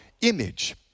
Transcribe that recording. image